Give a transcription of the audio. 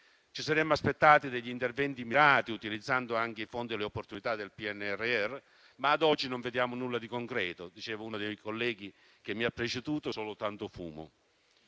Ci saremmo aspettati degli interventi mirati utilizzando anche i fondi e le opportunità del PNRR, ma ad oggi non vediamo nulla di concreto. Come diceva uno dei colleghi che mi ha preceduto, vediamo solo tanto fumo.